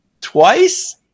twice